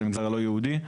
של המגזר הלא יהודי,